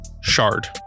shard